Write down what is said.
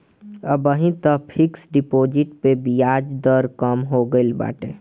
अबही तअ fix deposit पअ बियाज दर कम हो गईल बाटे